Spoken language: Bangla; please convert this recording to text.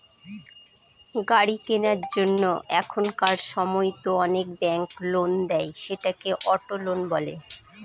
গাড়ি কেনার জন্য এখনকার সময়তো অনেক ব্যাঙ্ক লোন দেয়, সেটাকে অটো লোন বলে